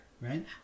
right